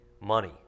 Money